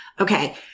Okay